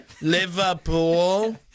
Liverpool